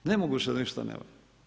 Nemoguće da ništa ne valja.